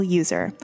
user